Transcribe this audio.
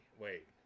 Wait